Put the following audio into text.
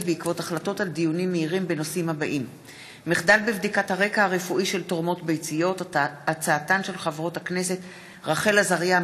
בעקבות דיון בהצעתן של חברות הכנסת רחל עזריה,